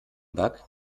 bug